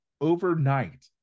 overnight